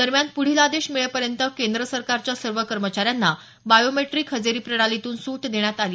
दरम्यान पुढील आदेश मिळेपर्यंत केंद्र सरकारच्या सर्व कर्मचाऱ्यांना बायोमेट्रिक हजेरी प्रणालीतून सूट देण्यात आली